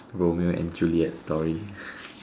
Romeo and Juliet story